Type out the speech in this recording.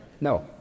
No